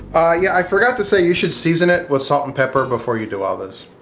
yeah i forgot to say you should season it with salt and pepper before you do all this.